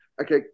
Okay